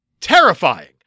Terrifying